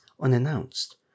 unannounced